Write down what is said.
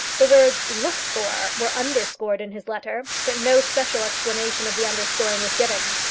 the words looked for were underscored in his letter, but no special explanation of the underscoring was given.